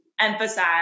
emphasize